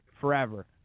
forever